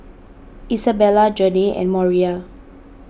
Isabella Janey and Moriah